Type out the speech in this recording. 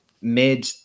mid